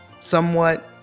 somewhat